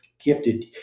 gifted